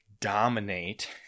dominate